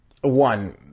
one